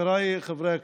חבריי חברי הכנסת,